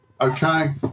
Okay